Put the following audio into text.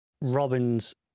Robins